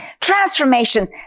Transformation